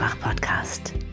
Podcast